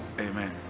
Amen